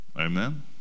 amen